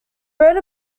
wrote